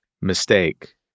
mistake